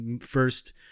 first